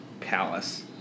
Palace